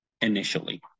initially